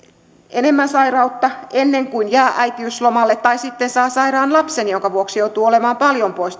enemmän sairautta ennen kuin jää äitiyslomalle tai sitten saa sairaan lapsen jonka vuoksi joutuu olemaan paljon pois